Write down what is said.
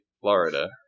Florida